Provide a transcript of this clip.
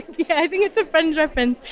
yeah i think it's a friends reference!